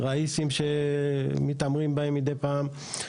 --- שמתעמרים בהם מידי פעם.